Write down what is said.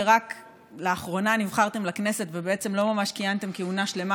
שרק לאחרונה נבחרתם לכנסת ובעצם לא ממש כיהנתם כהונה שלמה,